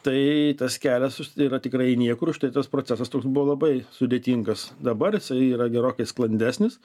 tai tas kelias yra tikrai į niekur už tai tas procesas toks buvo labai sudėtingas dabar jisai yra gerokai sklandesnis